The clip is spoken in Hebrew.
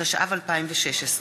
התשע"ו 2016,